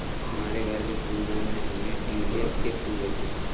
हमारे घर के फूलदान में हमने ट्यूलिप के फूल रखे हैं